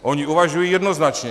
Oni uvažují jednoznačně.